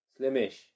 Slimish